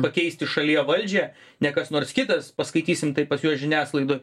pakeisti šalyje valdžią ne kas nors kitas paskaitysim taip pas juos žiniasklaidoj